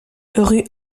rue